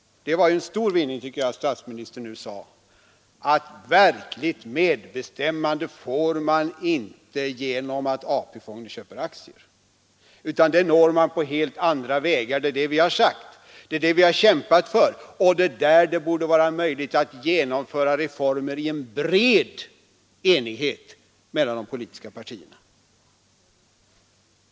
Det var en stor vinning att statsministern nu sade att verkligt medbestämmande får man inte genom att AP-fonden köper aktier utan det når man på helt andra vägar. Det är just detta vi har sagt, det är det vi har kämpat för och det är där det borde vara möjligt att genomföra reformer i en bred enighet mellan de politiska partierna.